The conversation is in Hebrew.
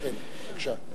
בבקשה.